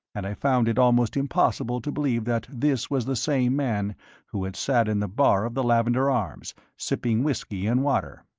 and i found it almost impossible to believe that this was the same man who had sat in the bar of the lavender arms, sipping whisky and water.